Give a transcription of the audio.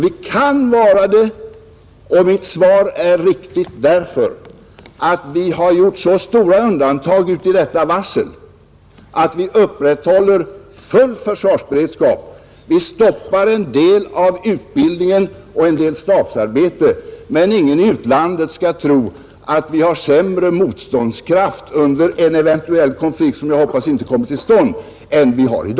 Vi kan vara det och mitt svar är riktigt därför att det har gjorts så stora undantag i detta varsel att full försvarsberedskap upprätthålls. Vi stoppar en del av utbildningen och en del stabsarbete, men ingen i utlandet skall tro att vi får sämre motståndskraft under en eventuell konflikt — en konflikt som jag hoppas inte kommer till stånd.